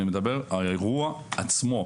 אני מדבר על האירוע עצמו.